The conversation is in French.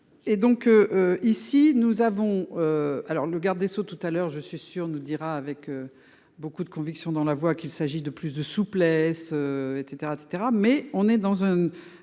Et donc. Ici nous avons. Alors le garde des Sceaux tout à l'heure, je suis sûr nous dira avec. Beaucoup de conviction dans la voie qu'il s'agit de plus de souplesse et cetera et cetera mais on